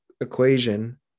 equation